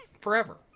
forever